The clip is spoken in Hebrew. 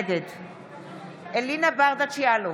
נגד אלינה ברדץ' יאלוב,